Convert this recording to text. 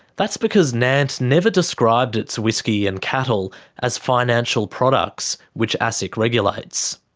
that's because nant never described its whiskey and cattle as financial products, which asic regulates.